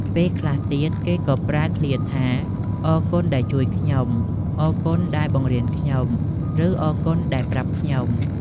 ពេលខ្លះទៀត គេក៏ប្រើឃ្លាថា អរគុណដែលជួយខ្ញុំ អរគុណដែលបង្រៀនខ្ញុំ ឬ អរគុណដែលប្រាប់ខ្ញុំ។